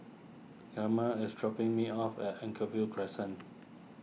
Camille is dropping me off at Anchorvale Crescent